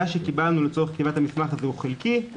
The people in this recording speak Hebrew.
שקיבלנו לצורך כתיבת המסמך הזה הוא חלקי.